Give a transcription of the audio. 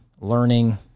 learning